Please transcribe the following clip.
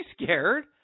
scared